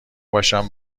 باشم